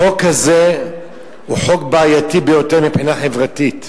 אני רוצה לומר לכם: החוק הזה הוא חוק בעייתי ביותר מבחינה חברתית.